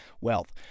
wealth